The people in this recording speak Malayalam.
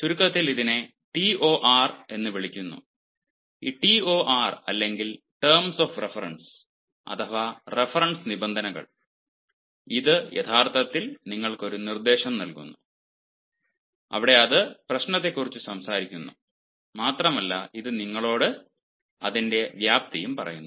ചുരുക്കത്തിൽ ഇതിനെ TOR എന്ന് വിളിക്കുന്നു ഈ TOR അല്ലെങ്കിൽ ടേംസ് ഓഫ് റഫറൻസ്സ് അഥവാ റഫറൻസ് നിബന്ധനകൾ ഇത് യഥാർത്ഥത്തിൽ നിങ്ങൾക്ക് ഒരു നിർദ്ദേശം നൽകുന്നു അവിടെ അത് പ്രശ്നത്തെക്കുറിച്ച് സംസാരിക്കുന്നു മാത്രമല്ല ഇത് നിങ്ങളോട് അതിൻറെ വ്യാപ്തിയും പറയുന്നു